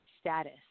status